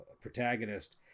protagonist